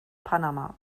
panama